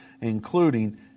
including